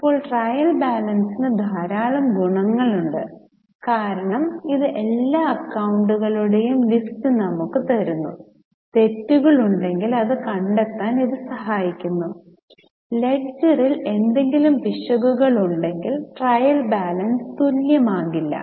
ഇപ്പോൾ ട്രയൽ ബാലൻസിന് ധാരാളം ഗുണങ്ങളുണ്ട് കാരണം ഇത് എല്ലാ അക്കൌണ്ടുകളുടെയും ലിസ്റ്റ് നമുക്ക് നൽകുന്നു തെറ്റുകൾ ഉണ്ടെങ്കിൽ അത് കണ്ടെത്താൻ ഇത് സഹായിക്കുന്നു ലെഡ്ജറിൽ എന്തെങ്കിലും പിശകുകൾ ഉണ്ടെങ്കിൽ ട്രയൽ ബാലൻസ് തുല്യമാകില്ല